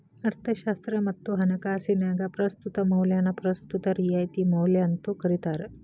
ಅರ್ಥಶಾಸ್ತ್ರ ಮತ್ತ ಹಣಕಾಸಿನ್ಯಾಗ ಪ್ರಸ್ತುತ ಮೌಲ್ಯನ ಪ್ರಸ್ತುತ ರಿಯಾಯಿತಿ ಮೌಲ್ಯ ಅಂತೂ ಕರಿತಾರ